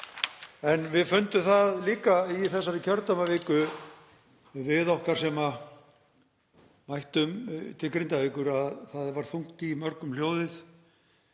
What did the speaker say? Við fundum það líka í þessari kjördæmaviku, þau okkar sem mættu til Grindavíkur, að það var þungt í mörgum hljóðið